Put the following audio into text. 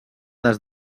des